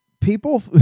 People